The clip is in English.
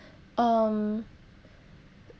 um